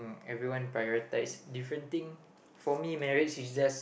everyone prioritise different thing for me marriage is just